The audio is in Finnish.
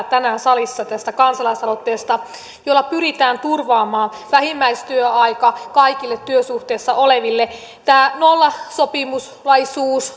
tänään täällä salissa kansalaisaloitteesta jolla pyritään turvaamaan vähimmäistyöaika kaikille työsuhteessa oleville tämä nollasopimuslaisuus